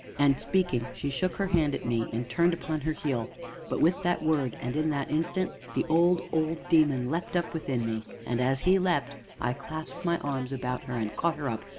and, speaking, she shook her hand at me, and turned upon her heel but with that word, and in that instant, the old, old demon leapt up within me, and, as he leapt, i clasped my arms about her, and caught her up,